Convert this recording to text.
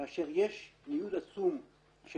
כאשר יש ניוד עצום של